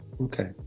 okay